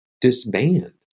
disband